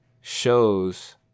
shows